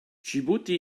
dschibuti